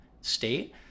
state